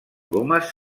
gomes